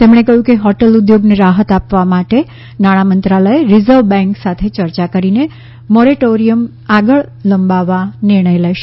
તેમણે કહ્યું કે હોટલ ઉદ્યોગને રાહત આપવા માટે નાણાં મંત્રાલય રિઝર્વ બેંક સાથે ચર્ચા કરીને મોરેટોરિયમ આગળ લંબાવવા નિર્ણય લેશે